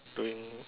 doing